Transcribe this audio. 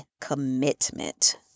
commitment